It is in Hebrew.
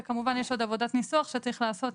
וכמובן יש עוד עבודת ניסוח שצריך לעשות,